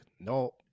No